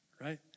right